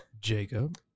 Jacob